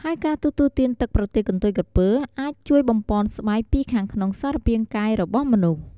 ហើយការទទួលទានទឹកប្រទាលកន្ទុយក្រពើអាចជួយបំប៉នស្បែកពីខាងក្នុងសារពាង្គកាយរបស់មនុស្ស។